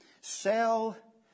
sell